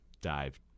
dive